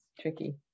tricky